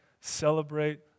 celebrate